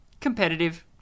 competitive